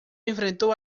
enfrentó